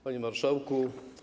Panie Marszałku!